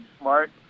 smart